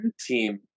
team